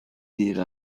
دیر